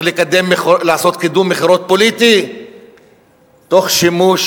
לעשות קידום מכירות פוליטי תוך שימוש